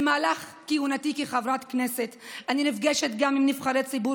במהלך כהונתי כחברת כנסת אני נפגשת גם עם נבחרי ציבור